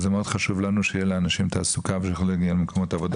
וזה מאוד חשוב לנו שתהיה לאנשים תעסוקה ושיוכלו להגיע למקומות העבודה.